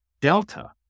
delta